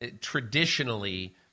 traditionally